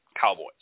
Cowboys